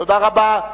תודה רבה.